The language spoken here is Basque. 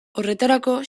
horretarako